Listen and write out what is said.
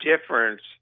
difference